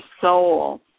soul